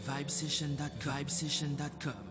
Vibesession.com